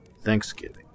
Thanksgiving